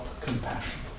compassion